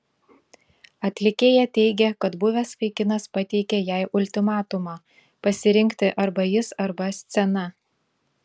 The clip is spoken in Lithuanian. atlikėja teigė kad buvęs vaikinas pateikė jai ultimatumą pasirinkti arba jis arba scena